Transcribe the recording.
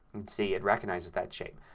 see it recognizes that shape.